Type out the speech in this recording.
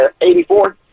84